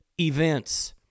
events